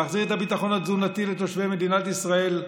להחזיר את הביטחון התזונתי לתושבי מדינת ישראל,